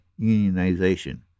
unionization